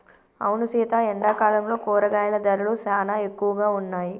అవును సీత ఎండాకాలంలో కూరగాయల ధరలు సానా ఎక్కువగా ఉన్నాయి